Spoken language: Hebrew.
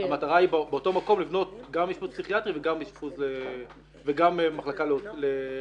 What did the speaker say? המטרה היא באותו מקום לבנות גם אשפוז פסיכיאטרי וגם מחלקה לאוטיזם.